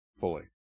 Fully